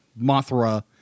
mothra